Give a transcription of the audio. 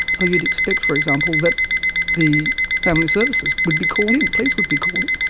so you'd expect, for example, that the family services would be called in, police would be called in.